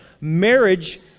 Marriage